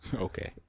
Okay